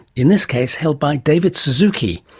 in this case, held by david suzuki,